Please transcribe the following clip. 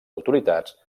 autoritats